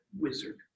wizard